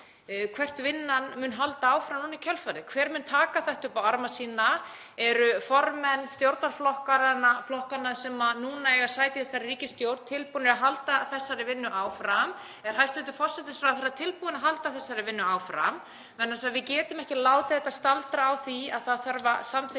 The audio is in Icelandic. hvort vinnan muni halda áfram núna í kjölfarið. Hver mun taka þetta upp á arma sína? Eru formenn stjórnarflokkanna sem núna eiga sæti í þessari ríkisstjórn tilbúnir að halda þessari vinnu áfram? Er hæstv. forsætisráðherra tilbúinn að halda þessari vinnu áfram? Við getum ekki látið þetta steyta á því að það þurfi að samþykkja